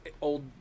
old